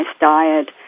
diet